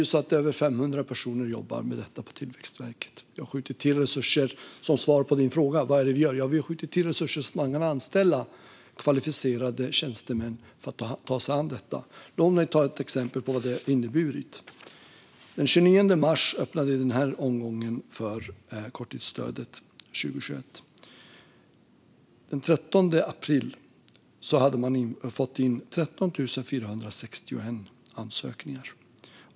Nu jobbar över 500 personer med detta på Tillväxtverket. Som svar på din fråga om vad vi gör: Vi har skjutit till resurser så att man har kunnat anställa kvalificerade tjänstemän att ta sig an detta. Låt mig ge exempel på vad det har inneburit. Den 29 mars öppnades omgången för korttidsstöd för 2021. Den 13 april hade man fått in 13 461 ansökningar.